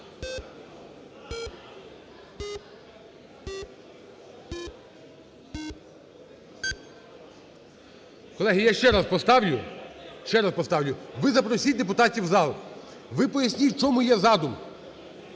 поставлю, ще раз поставлю. Ви запросіть депутатів в зал. Ви поясніть, в чому є задум,